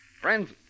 Friends